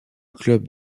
club